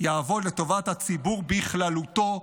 יעבוד לטובת הציבור בכללותו,